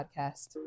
podcast